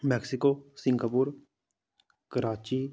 Mexico Singapore Karachi